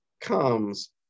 comes